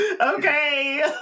Okay